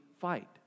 fight